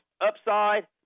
upside